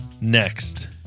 Next